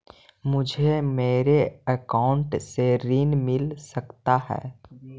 मुझे मेरे अकाउंट से ऋण मिल सकता है?